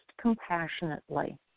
compassionately